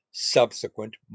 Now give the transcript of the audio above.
subsequent